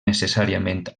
necessàriament